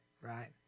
right